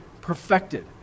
perfected